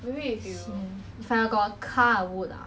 hmm that's quite true